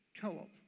co-op